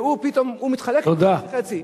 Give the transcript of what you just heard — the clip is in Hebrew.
והוא פתאום מתחלק אתו בחצי,